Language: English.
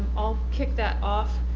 i'll kick that off.